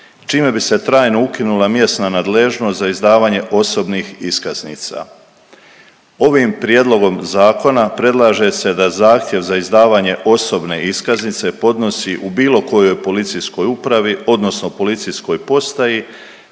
čime bi se trajno ukinula mjesna nadležnost za izdavanje osobnih iskaznica. Ovim prijedlogom zakona predlaže se da zahtjeva za izdavanje osobne iskaznice podnosi u bilo kojoj policijskoj upravi odnosno policijskoj postaji